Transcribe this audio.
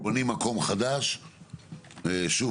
מקום חדש בצפון.